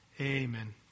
Amen